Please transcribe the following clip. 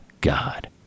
God